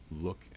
look